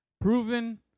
proven